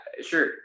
sure